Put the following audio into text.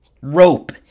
rope